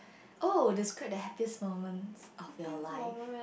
oh describe the happiest moment of your life